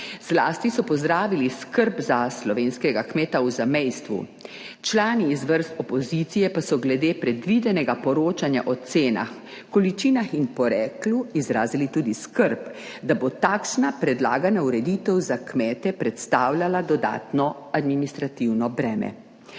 Zlasti so pozdravili skrb za slovenskega kmeta v zamejstvu. Člani iz vrst opozicije pa so glede predvidenega poročanja o cenah, količinah in poreklu, izrazili tudi skrb, da bo takšna predlagana ureditev za kmete predstavljala dodatno administrativno breme.